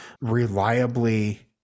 reliably